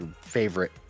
favorite